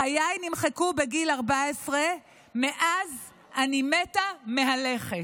חיי נמחקו בגיל 14. מאז אני מתה מהלכת.